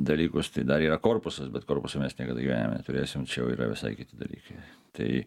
dalykus tai dar yra korpusas bet korpuso mes niekad gyvenime neturėsim čia jau yra visai kiti dalykai tai